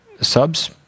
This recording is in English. subs